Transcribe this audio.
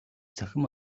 цахим